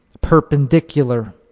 perpendicular